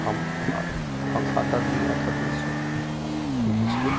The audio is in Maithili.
हम पाँच सात आदमी आठ आदमीसँ घीचलहुँ